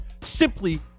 simply